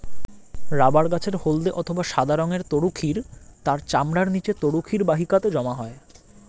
rubber গাছের হল্দে অথবা সাদা রঙের তরুক্ষীর তার চামড়ার নিচে তরুক্ষীর বাহিকাতে জমা হয়